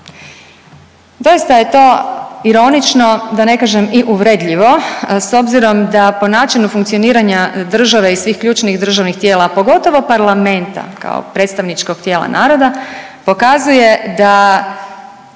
Doista je to ironično, da ne kažem i uvredljivo s obzirom da po načinu funkcioniranja države i svih ključnih državnih tijela, pogotovo parlamenta kao predstavničkog tijela naroda, pokazuje da